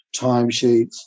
timesheets